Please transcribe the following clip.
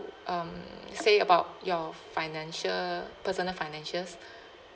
um say about your financial personal financials